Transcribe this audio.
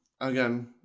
Again